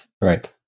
right